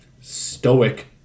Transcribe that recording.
stoic